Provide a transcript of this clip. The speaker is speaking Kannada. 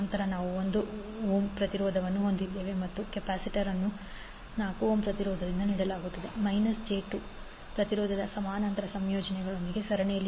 ನಂತರ ನಾವು 1 ಓಮ್ ಪ್ರತಿರೋಧವನ್ನು ಹೊಂದಿದ್ದೇವೆ ಮತ್ತು ಕೆಪಾಸಿಟನ್ಸ್ ಮತ್ತು 4 ಓಮ್ ಪ್ರತಿರೋಧದಿಂದ ನೀಡಲಾಗುವ ಮೈನಸ್ j2 ಪ್ರತಿರೋಧದ ಸಮಾನಾಂತರ ಸಂಯೋಜನೆಯೊಂದಿಗೆ ಸರಣಿಯಲ್ಲಿ